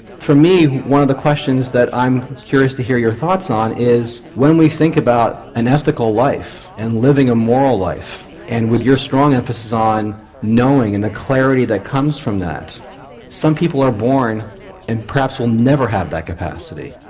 for me one of the questions is that i'm curious to hear your thoughts on is, when we think about an ethical life and living a moral life and with your strong emphasis on knowing and a clarity that comes from that some people are born and perhaps will never have that capacity.